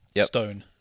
stone